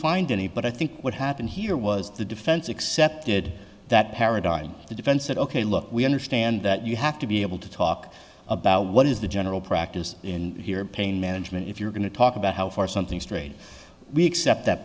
find any but i think what happened here was the defense accepted that paradigm the defense said ok look we understand that you have to be able to talk about what is the general practice in here pain management if you're going to talk about how far something strayed we accept that